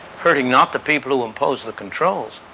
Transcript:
hurting not the people who impose the controls,